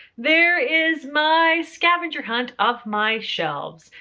there is my scavenger hunt of my shelves.